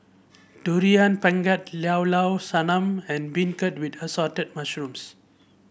Durian Pengat Llao Llao Sanum and beancurd with Assorted Mushrooms